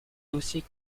dossiers